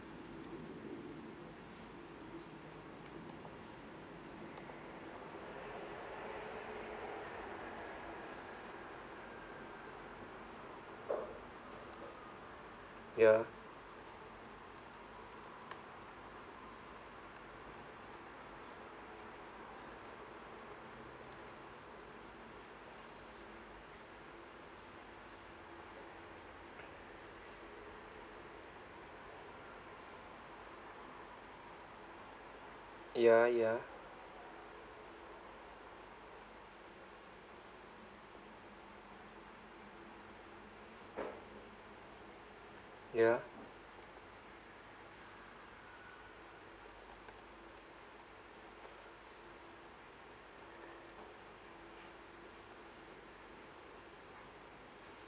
ya ya ya ya